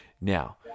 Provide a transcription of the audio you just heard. Now